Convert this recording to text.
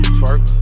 twerk